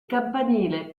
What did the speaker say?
campanile